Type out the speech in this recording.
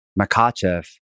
Makachev